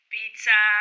Pizza